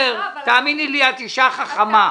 תאמיני לי, את אישה חכמה.